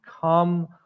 come